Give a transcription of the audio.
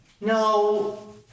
No